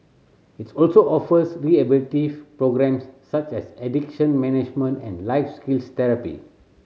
its also offers rehabilitative programmes such as addiction management and life skills therapy